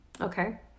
Okay